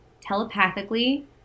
telepathically